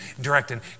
directing